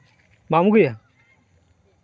ᱵᱟᱢ ᱟᱹᱜᱩᱭᱟ